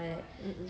mmhmm